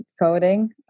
coding